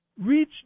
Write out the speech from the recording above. Reach